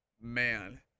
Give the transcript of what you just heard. Man